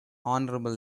honorable